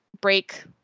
break